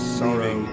sorrow